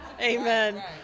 amen